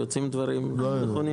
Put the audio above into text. יוצאים דברים נכונים מזה.